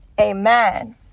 amen